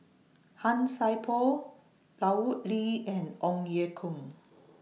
Han Sai Por Lut Ali and Ong Ye Kung